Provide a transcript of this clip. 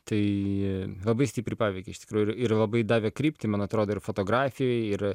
tai labai stipriai paveikė iš tikrųjų ir labai davė kryptį man atrodo ir fotografijoj ir